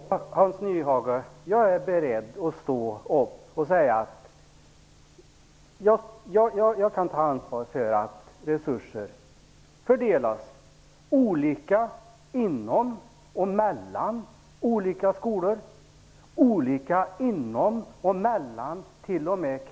Herr talman! Ja, Hans Nyhage, jag är beredd att ta ansvar för att resurser fördelas olika inom och mellan olika skolor, olika inom och mellan t.o.m.